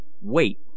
Wait